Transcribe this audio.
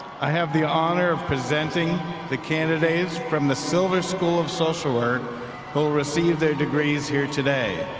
i have the honor of presenting the candidates from the silver school of social work who'll receive their degrees here today